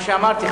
מה שאמרתי,